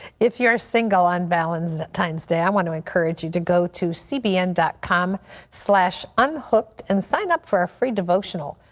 if you are single on valentine's day, i want to encourage you to go to cbnnews dot com slash unhooked and sign up for a free devotional.